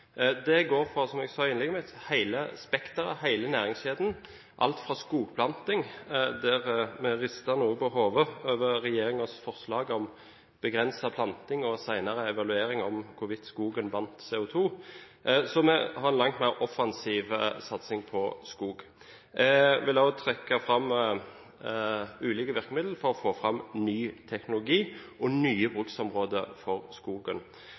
Som jeg sa i innlegget mitt, går det på hele spekteret i hele næringskjeden, bl.a. skogplanting – der rister noen på hodet over regjeringens forslag om begrenset planting og senere evaluering av hvorvidt skogen bandt CO2 – så vi har en langt mer offensiv satsing på skog. Jeg vil òg trekke fram ulike virkemidler for å få fram ny teknologi og nye bruksområder for skogen.